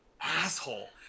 asshole